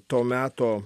to meto